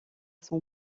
son